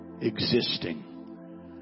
existing